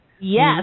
Yes